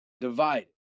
divided